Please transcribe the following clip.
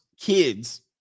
Kids